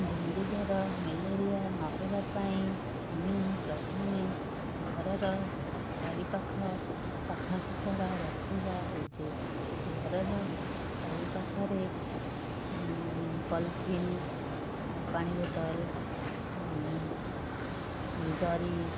dengue ଜ୍ଵର malaria ନହେବା ପାଇଁ ଆମେ ପ୍ରଥମେ ଘରର ଚାରିପାଖ ସଫାସୁତୁରା ରଖିବା ଉଚିତ ଘରର ଚାରିପାଖରେ ପଲିଥିନ୍ ଆଉ ପାଣି ବୋତଲ ଜରି